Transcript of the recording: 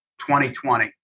2020